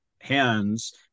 hands